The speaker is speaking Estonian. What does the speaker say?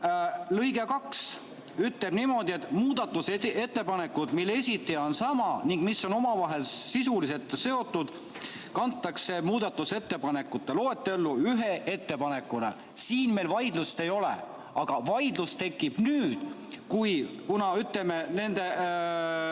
lõige 2 ütleb niimoodi, et muudatusettepanekud, mille esitaja on sama ning mis on omavahel sisuliselt seotud, kantakse muudatusettepanekute loetellu ühe ettepanekuna. Siin meil vaidlust ei ole. Aga vaidlus tekib seepärast, et kui, ütleme, nende